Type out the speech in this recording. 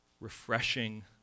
refreshing